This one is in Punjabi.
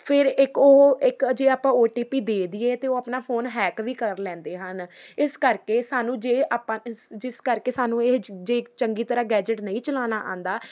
ਫਿਰ ਇੱਕ ਉਹ ਇੱਕ ਜੇ ਆਪਾਂ ਓ ਟੀ ਪੀ ਦੇ ਦਈਏ ਤਾਂ ਉਹ ਆਪਣਾ ਫੋਨ ਹੈਕ ਵੀ ਕਰ ਲੈਂਦੇ ਹਨ ਇਸ ਕਰਕੇ ਸਾਨੂੰ ਜੇ ਆਪਾਂ ਇਸ ਜਿਸ ਕਰਕੇ ਸਾਨੂੰ ਇਹ ਜੇ ਚੰਗੀ ਤਰ੍ਹਾਂ ਗੈਜਟ ਨਹੀਂ ਚਲਾਉਣਾ ਆਉਂਦਾ